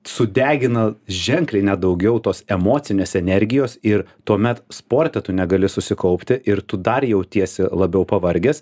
sudegina ženkliai net daugiau tos emocinės energijos ir tuomet sporte tu negali susikaupti ir tu dar jautiesi labiau pavargęs